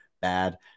bad